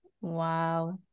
Wow